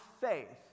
faith